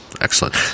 Excellent